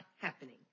happening